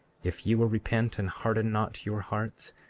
if ye will repent and harden not your hearts,